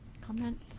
comment